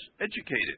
educated